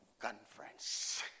Conference